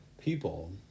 people